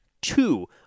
two